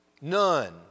None